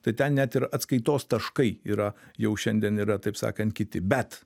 tai ten net ir atskaitos taškai yra jau šiandien yra taip sakant kiti bet